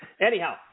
anyhow